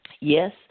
yes